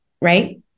right